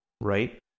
right